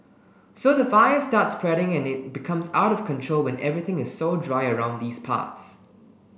so the fire starts spreading and it becomes out of control when everything is so dry around these parts